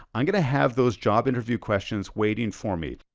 i'm gonna have those job interview questions waiting for me.